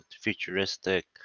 futuristic